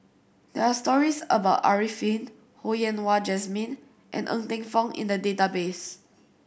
there are stories about Arifin Ho Yen Wah Jesmine and Ng Teng Fong in the database